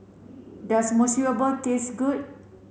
does Monsunabe taste good